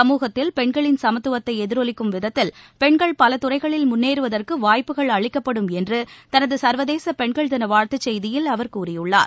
சமூகத்தில் பெண்களின் சமத்துவத்தை எதிரொலிக்கும் விதத்தில் பெண்கள் பல துறைகளில் முன்னேறுவதற்கு வாய்ப்புகள் அளிக்கப்படும் என்று தனது சர்வதேச பெண்கள் தின வாழ்த்து செய்தியில் அவர் கூறியுள்ளார்